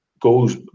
goes